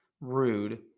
rude